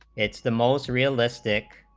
it's the most realistic